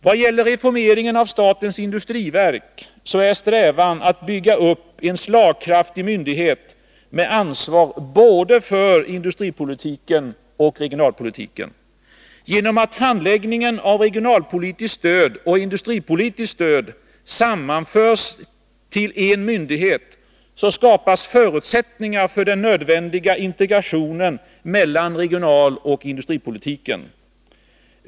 Vad gäller reformeringen av statens industriverk så är strävan att bygga upp en slagkraftig myndighet med ansvar för både industripolitiken och regionalpolitiken. Genom att handläggningen av regionalpolitiskt stöd och industripolitiskt stöd sammanförs till en myndighet skapas förutsättningar för den nödvändiga integrationen mellan regionaloch industripolitiken.